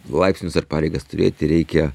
laipsnius ar pareigas turėti reikia